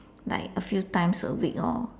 like a few times a week lor